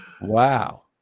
Wow